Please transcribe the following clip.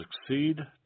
succeed